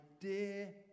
dear